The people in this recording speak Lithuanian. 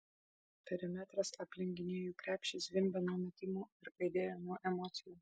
perimetras aplink gynėjų krepšį zvimbė nuo metimų ir aidėjo nuo emocijų